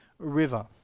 River